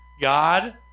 God